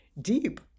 deep